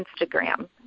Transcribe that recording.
Instagram